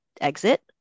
exit